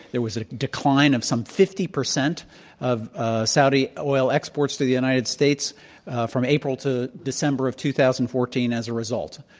there was a decline of some fifty percent of saudi oil exports to the united states from april to december of two thousand and fourteen as a result.